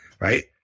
right